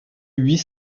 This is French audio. huit